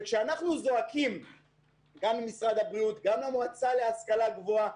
ואנחנו זועקים למשרד הבריאות וגם למועצה להשכלה גבוהה,